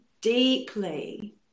deeply